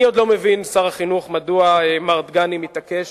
אני עוד לא מבין, שר החינוך, מדוע מר דגני מתעקש